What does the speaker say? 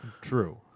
True